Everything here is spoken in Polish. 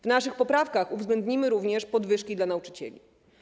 W naszych poprawkach uwzględnimy również podwyżki dla nauczycieli.